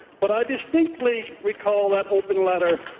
but i distinctly recall that open letter